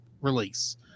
release